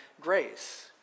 grace